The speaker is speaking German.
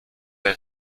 der